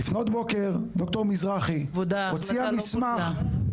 לפנות בוקר מזרחי הוציאה מסמך שבו היא אומרת- - ההחלטה לא בוטלה.